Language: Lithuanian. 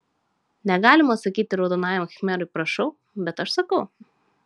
negalima sakyti raudonajam khmerui prašau bet aš sakau